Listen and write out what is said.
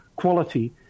quality